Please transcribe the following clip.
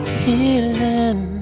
healing